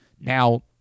Now